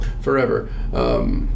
forever